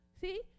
See